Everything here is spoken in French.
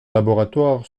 laboratoire